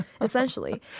essentially